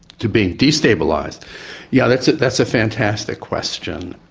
to be destabilised yeah that's ah that's a fantastic question,